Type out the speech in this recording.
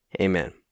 Amen